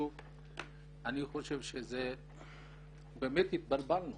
אני חושב שבאמת התבלבלנו